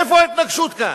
איפה ההתנגשות כאן?